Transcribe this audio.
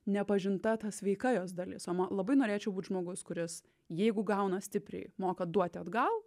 nepažinta ta sveika jos dalis o ma labai norėčiau būti žmogus kuris jeigu gauna stipriai moka duoti atgal